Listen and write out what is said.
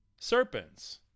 serpents